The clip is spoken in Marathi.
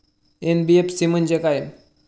एन.बी.एफ.सी म्हणजे काय?